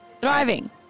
Thriving